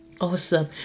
Awesome